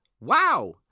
Wow